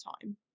time